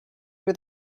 were